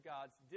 God's